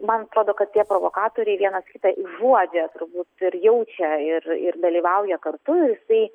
man atrodo kad tie provokatoriai vienas kitą užuodžia turbūt ir jaučia ir ir dalyvauja kartu jisai